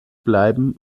bleiben